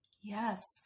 Yes